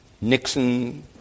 Nixon